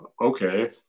okay